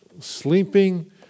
Sleeping